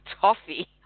toffee